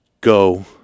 go